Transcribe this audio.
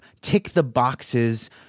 tick-the-boxes